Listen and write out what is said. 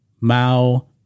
Mao